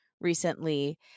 recently